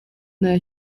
nta